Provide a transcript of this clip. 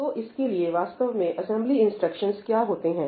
तो इसके लिए वास्तव में असेंबली इंस्ट्रक्शंस क्या होते हैं